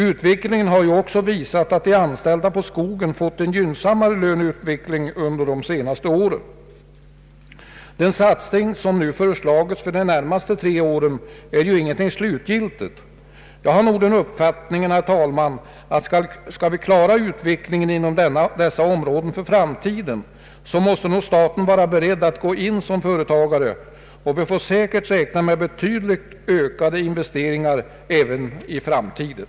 Utvecklingen har ju också visat att de anställda på skogen fått en gynnsammare löneutveckling under de senaste åren. Den satsning som nu föreslagits för de närmaste tre åren är ju ingenting slutgiltigt. Jag har nog den uppfattningen, herr talman, att skall vi klara utvecklingen inom dessa områden för framtiden, så måste nog staten vara beredd att gå in som företagare, och vi får säkert räkna med betydligt ökad investering framöver.